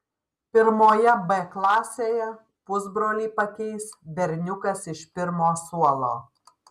pirmoje b klasėje pusbrolį pakeis berniukas iš pirmo suolo